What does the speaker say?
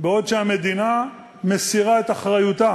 בעוד המדינה מסירה את אחריותה